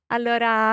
Allora